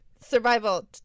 Survival